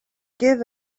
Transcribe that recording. gives